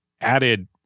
added